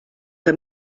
que